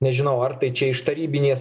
nežinau ar tai čia iš tarybinės